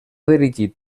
dirigit